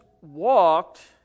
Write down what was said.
walked